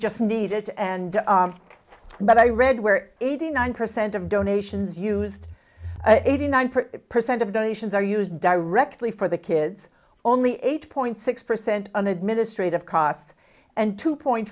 just need it and but i read where eighty nine percent of donations used eighty nine percent of donations are used directly for the kids only eight point six percent on administrative costs and two point